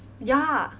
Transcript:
ya